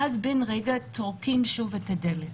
ואז, בן רגע טורקים שוב את הדלת.